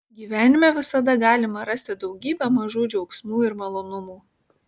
gyvenime visada galima rasti daugybę mažų džiaugsmų ir malonumų